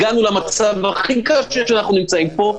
הגענו למצב הכי קשה שאנחנו נמצאים בו,